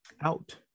out